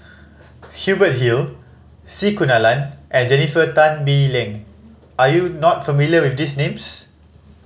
Hubert Hill C Kunalan and Jennifer Tan Bee Leng are you not familiar with these names